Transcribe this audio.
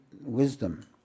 wisdom